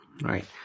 right